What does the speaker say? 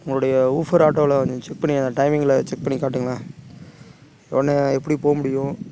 உங்களுடைய ஊஃபர் ஆட்டோவில் கொஞ்சம் செக் பண்ணி டைமிங்கில் செக் பண்ணி காட்டுங்களேன் உடனே எப்படி போக முடியும்